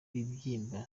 bibyimba